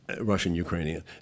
Russian-Ukrainian